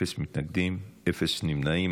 אפס מתנגדים, אפס נמנעים.